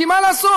כי מה לעשות,